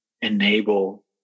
enable